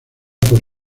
por